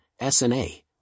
SNA